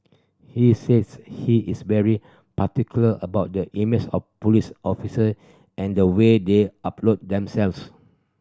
he says he is very particular about the image of police officer and the way they uphold themselves